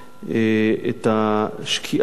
את השקיעה,